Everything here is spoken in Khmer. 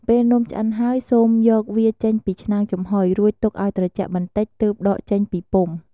ពេលនំឆ្អិនហើយ សូមយកវាចេញពីឆ្នាំងចំហុយ រួចទុកឱ្យត្រជាក់បន្តិច ទើបដកចេញពីពុម្ព។